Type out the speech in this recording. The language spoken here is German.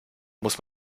muss